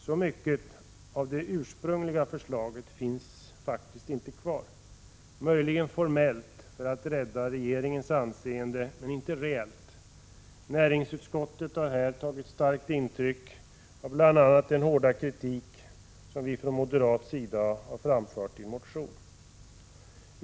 Så mycket av det ursprungliga förslaget finns inte kvar. Möjligen formellt, för att rädda regeringens anseende, men inte reellt. Näringsutskottet har här tagit starkt intryck av bl.a. den hårda kritik som vi från moderat sida har framfört i en motion.